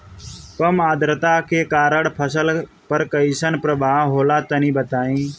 कम आद्रता के कारण फसल पर कैसन प्रभाव होला तनी बताई?